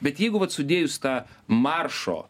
bet jeigu vat sudėjus tą maršo